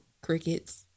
Crickets